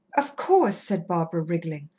of course, said barbara, wriggling.